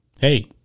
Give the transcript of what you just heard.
hey